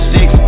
Six